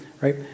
right